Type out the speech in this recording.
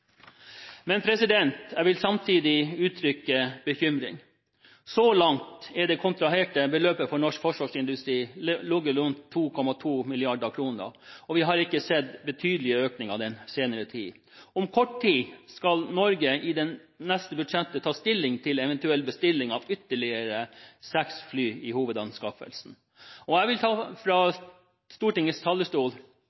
Men jeg vil samtidig uttrykke bekymring. Så langt har det kontraherte beløpet for norsk forsvarsindustri ligget rundt 2,2 mrd. kr, og vi har ikke sett betydelige økninger den senere tid. Om kort tid skal Norge i det neste budsjettet ta stilling til eventuell bestilling av ytterligere seks fly i hovedanskaffelsen. Jeg vil fra